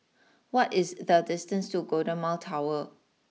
what is the distance to Golden Mile Tower